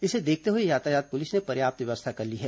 इसे देखते हुए यातायात पुलिस ने पर्याप्त व्यवस्था कर ली है